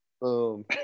boom